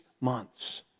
months